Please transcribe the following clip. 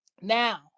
Now